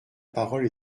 parole